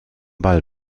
ball